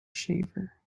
shaver